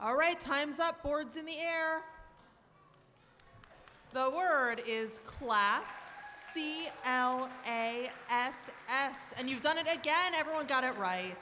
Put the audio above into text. alright time's up boards in the air the word is class c l a s s and you done it again everyone got it right